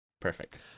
Perfect